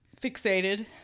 fixated